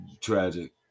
tragic